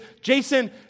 Jason